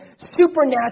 supernatural